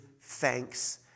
thanks